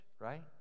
right